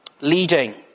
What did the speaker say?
Leading